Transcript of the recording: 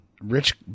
rich